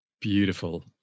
Beautiful